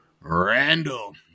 Randall